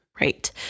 Right